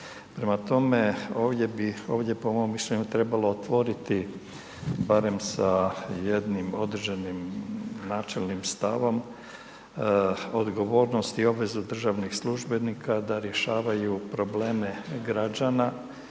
Prema tome ovdje bi, ovdje bi po mom mišljenju trebalo otvoriti barem sa jednim određenim načelnim stavom odgovornost i obavezu državnih službenika da rješavaju probleme građana